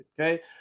Okay